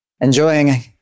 enjoying